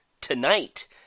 tonight